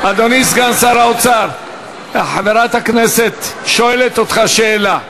אדוני סגן שר האוצר, חברת הכנסת שואלת אותך שאלה.